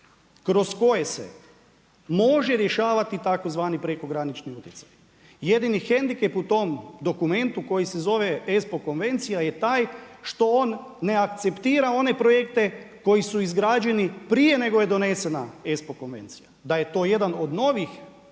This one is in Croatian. kroz koje se može rješavati tzv. prekogranični utjecaj. Jedini hendikep u tom dokumentu koji se zove ESPO konvencija je taj što on ne akceptira one projekte koji su izgrađeni prije nego je donesena ESPO konvencija. Da je to jedan od novih objekata